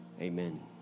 Amen